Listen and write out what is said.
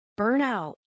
burnout